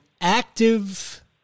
active